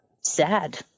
sad